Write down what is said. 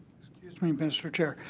excuse me, mr. chair.